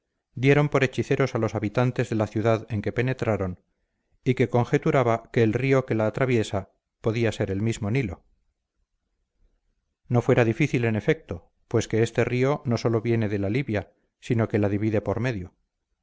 dieron por hechiceros a los habitantes de la ciudad en que penetraron y que conjeturaba que el río que la atraviesa podía ser el mismo nilo no fuera difícil en efecto pues que este río no solo viene de la libia sino que la divide por medio